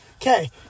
Okay